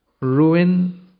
ruin